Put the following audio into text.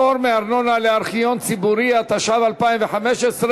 (פטור מארנונה לארכיון ציבורי), התשע"ו 2015,